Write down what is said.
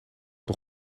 het